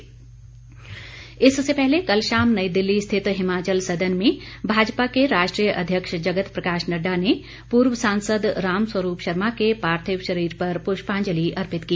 श्रद्वांजलि इससे पहले कल शाम नई दिल्ली स्थित हिमाचल सदन में राष्ट्रीय भाजपा अध्यक्ष जगत प्रकाश नड्डा ने पूर्व सांसद रामस्वरूप शर्मा के पार्थिव शरीर पर पुष्पांजलि अर्पित की